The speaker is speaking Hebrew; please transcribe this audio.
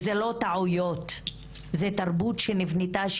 אלה לא טעויות - זאת תרבות שנבנתה,